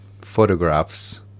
photographs